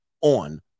on